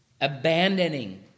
abandoning